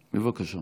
בבקשה.